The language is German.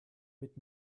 mit